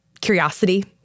curiosity